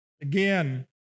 Again